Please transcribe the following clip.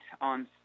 on